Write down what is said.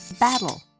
battle,